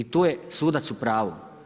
Tu je sudac u pravu.